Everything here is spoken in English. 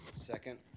Second